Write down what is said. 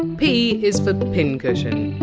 and p is for! pincushion!